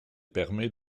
permet